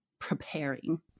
preparing